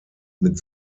mit